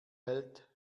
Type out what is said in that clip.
hält